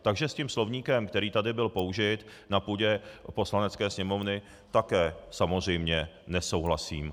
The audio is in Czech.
Takže s tím slovníkem, který tady byl použit na půdě Poslanecké sněmovny, také samozřejmě nesouhlasím.